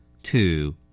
two